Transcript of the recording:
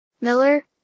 Miller